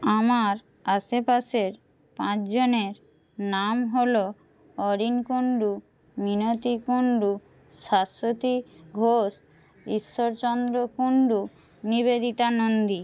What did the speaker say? আমার আশেপাশের পাঁচজনের নাম হল অরিন কুন্ডু মিনতি কুন্ডু শাশ্বতী ঘোষ ঈশ্বরচন্দ্র কুন্ডু নিবেদিতা নন্দী